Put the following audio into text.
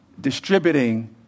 distributing